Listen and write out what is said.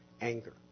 anger